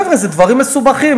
חבר'ה, אלה דברים מסובכים.